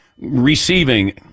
receiving